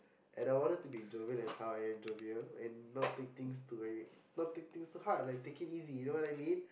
and I wanted to be jovial as how I am jovial and not take things too very not take things too hard like take it easy you know what I mean